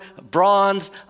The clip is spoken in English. bronze